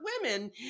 women